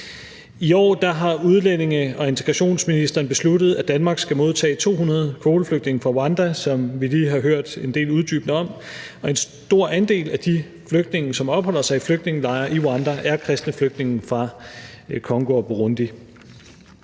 I år har udlændinge- og integrationsministeren besluttet, at Danmark skal modtage 200 kvoteflygtninge fra Rwanda, som vi lige har hørt en del uddybende om, og en stor andel af de flygtninge, som opholder sig i flygtningelejre i Rwanda, er kristne flygtninge fra Congo og Burundi.